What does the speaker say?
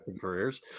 careers